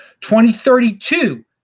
2032